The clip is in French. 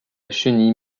chenille